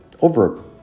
over